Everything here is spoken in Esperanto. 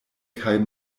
kaj